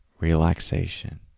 relaxation